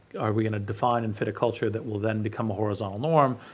are we going to define and fit a culture that will then become a horizontal norm,